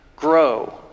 Grow